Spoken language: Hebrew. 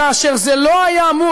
כאשר זה לא היה אמור,